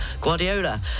Guardiola